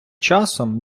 часом